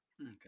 Okay